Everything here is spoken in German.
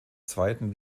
zweiten